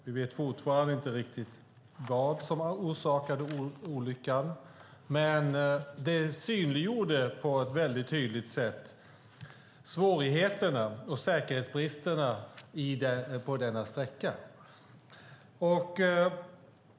Vi vet fortfarande inte riktigt vad som orsakade olyckan, men det synliggjorde på ett väldigt tydligt sätt svårigheterna och säkerhetsbristerna på denna sträcka.